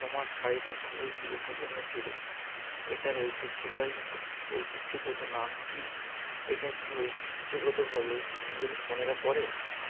তোমার শড়িটা খুবই সুরুচিপূর্ণ ছিলো এটার ঐতিহ্যবাহী ঐতিহ্যগত নাম কি এটা কি ঐতিহ্যগতভাবে বিয়ের কনেরা পরে